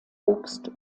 obst